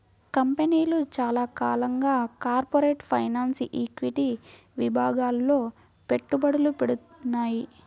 కంపెనీలు చాలా కాలంగా కార్పొరేట్ ఫైనాన్స్, ఈక్విటీ విభాగాల్లో పెట్టుబడులు పెడ్తున్నాయి